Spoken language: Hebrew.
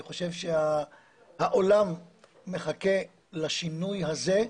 אני חושב שהעולם מחכה לשינוי הזה.